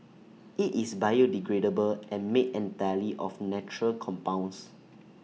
IT is biodegradable and made entirely of natural compounds